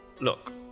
Look